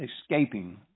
escaping